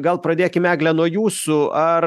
gal pradėkim egle nuo jūsų ar